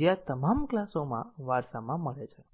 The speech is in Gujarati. જે આ તમામ ક્લાસોમાં વારસામાં મળે છે